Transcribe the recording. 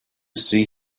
see